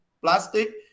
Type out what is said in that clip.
plastic